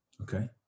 Okay